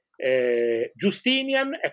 Justinian